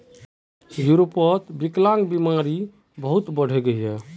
यूरोपोत विक्लान्ग्बीमार मांग बहुत बढ़े गहिये